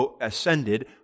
ascended